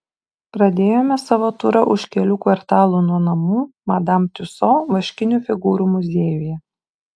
pradėjome savo turą už kelių kvartalų nuo namų madam tiuso vaškinių figūrų muziejuje